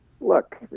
Look